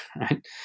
right